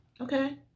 Okay